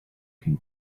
can